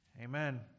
amen